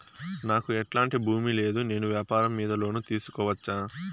నాకు ఎట్లాంటి భూమి లేదు నేను వ్యాపారం మీద లోను తీసుకోవచ్చా?